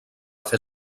fer